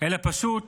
אלא פשוט